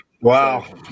Wow